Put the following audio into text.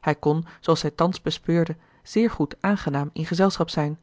hij kon zooals zij thans bespeurde zeer goed aangenaam in gezelschap zijn